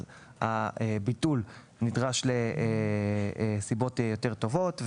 אז הביטול נדרש לסיבות יותר טובות.